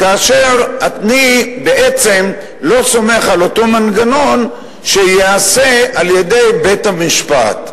כאשר אני בעצם לא סומך על אותו מנגנון שייעשה על-ידי בית-המשפט.